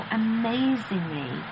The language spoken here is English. amazingly